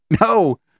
no